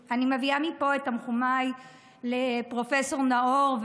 אני מביעה מפה את תנחומיי לפרופ' נאור,